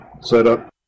setup